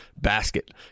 basket